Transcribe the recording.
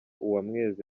uwamwezi